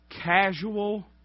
Casual